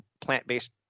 plant-based